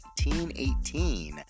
1818